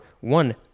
One